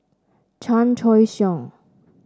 Chan Choy Siong